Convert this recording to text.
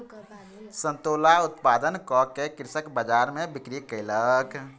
संतोला उत्पादन कअ के कृषक बजार में बिक्री कयलक